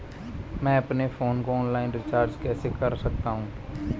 मैं अपने फोन को ऑनलाइन रीचार्ज कैसे कर सकता हूं?